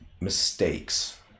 mistakes